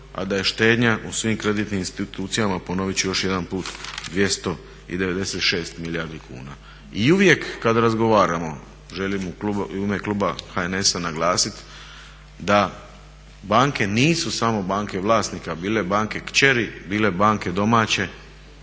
a da je štednja u svim kreditnim institucijama, ponovit ću još jedan put, 296 milijardi kuna. I uvijek kada razgovaramo, želim u ime kluba HNS-a naglasiti da banke nisu samo banke vlasnike bile banke kćeri, bile banke domaće